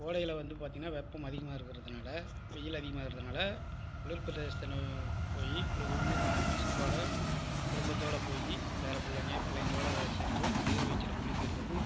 கோடையில் வந்து பார்த்தீங்கனா வெப்பம் அதிகமாக இருக்கிறதுனால வெயில் அதிகமாயிருக்கனால குளிர்பிரதேசனு போய் குளு குளுனு பசங்களோடய குடும்பத்தோடய போய் பேர பிள்ளைங்க பிள்ளைங்களோட சேர்ந்து நீர் வீழ்ச்சியில் குளிக்கிறதுக்கும்